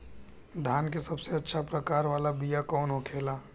धान के सबसे अच्छा प्रकार वाला बीया कौन होखेला?